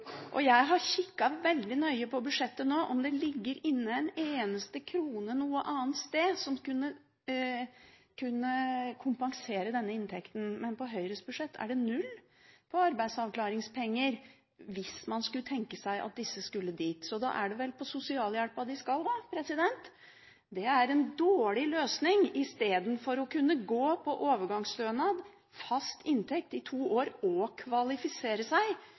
inntekten. Jeg har kikket veldig nøye på budsjettet nå for å se om det ligger inne en eneste krone noe annet sted som kunne kompensere denne inntekten, men på Høyres budsjett er det null når det gjelder arbeidsavklaringspenger, hvis man skulle tenke seg at disse skulle dit. Så da er det vel sosialhjelpa de skal da. Det er en dårlig løsning istedenfor å kunne gå på overgangsstønad, fast inntekt i to år, og kvalifisere seg,